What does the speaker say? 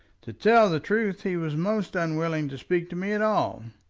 to tell the truth he was most unwilling to speak to me at all,